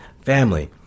family